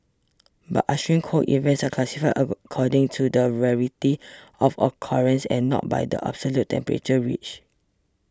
but extreme cold events are classified according to the rarity of occurrence and not by the absolute temperature reached